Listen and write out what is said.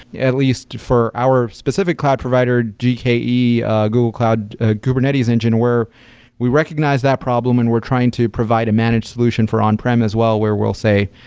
at least for our specific cloud provider, gke, google cloud ah kubernetes engine, where we recognize that problem when and we're trying to provide a managed solution for on-prem as well where we'll say,